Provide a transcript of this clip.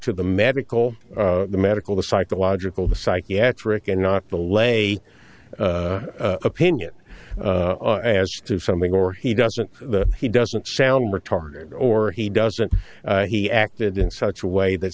to the medical the medical the psychological the psychiatric and not the lay opinion as to something or he doesn't he doesn't sound retarded or he doesn't he acted in such a way that